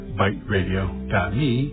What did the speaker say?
byteradio.me